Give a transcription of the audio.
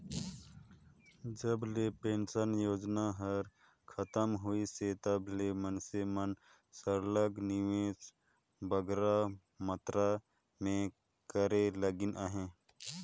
जब ले पेंसन योजना हर खतम होइस हे तब ले मइनसे मन सरलग निवेस बगरा मातरा में करे लगिन अहे